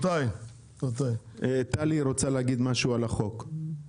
ההודעה תהיה -- אין היום.